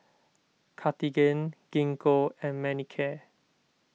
Cartigain Gingko and Manicare